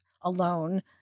alone